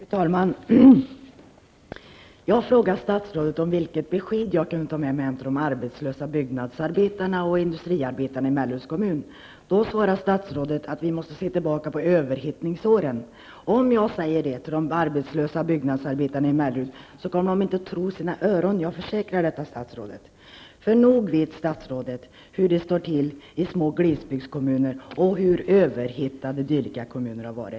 Fru talman! Jag frågade statsrådet vilket besked jag kan ta med mig hem till de arbetslösa byggnadsarbetarna och industriarbetarna i Melleruds kommun. Statsrådet svarade att vi måste se tillbaka till överhettningsåren. Jag kan försäkra statsrådet att om jag skulle säga detta till de arbetslösa byggnadsarbetarna i Mellerud så skulle de inte tro sina öron. Nog vet väl statsrådet hur det står till i små glesbygdskommuner och hur överhettade dylika kommuner har varit.